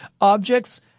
Objects